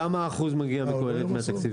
כמה אחוז מגיע מקהלת, מהתקציבים?